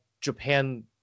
Japan